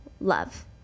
love